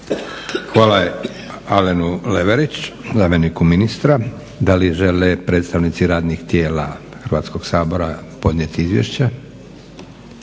Hvala Alenu Leveriću zamjeniku ministra. Da li žele predstavnici radnih tijela Hrvatskog sabora podnijeti izvješće?